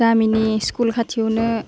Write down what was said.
गामिनि स्कुल खाथियावनो